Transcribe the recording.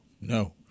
No